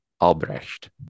Albrecht